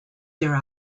there